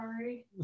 sorry